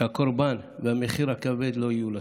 שהקורבן והמחיר הכבד לא יהיו לשווא.